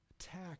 attack